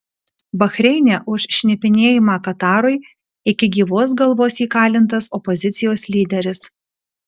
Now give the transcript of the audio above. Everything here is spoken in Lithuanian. bahreine už šnipinėjimą katarui iki gyvos galvos įkalintas opozicijos lyderis